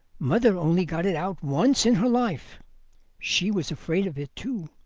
mother only got it out once in her life she was afraid of it, too.